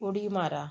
उडी मारा